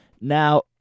Now